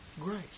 grace